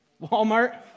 Walmart